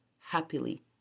happily